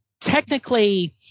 technically